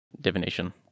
Divination